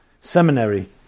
seminary